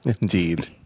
Indeed